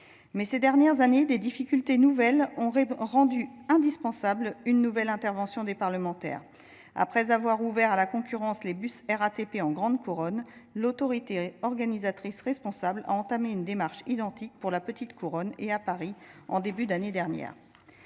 ces dernières années ont rendu indispensable une nouvelle intervention des parlementaires. Après avoir ouvert à la concurrence les bus RATP de la grande couronne, l’autorité organisatrice responsable a entamé une démarche identique pour la petite couronne et pour Paris au début de l’année dernière.